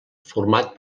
format